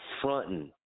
fronting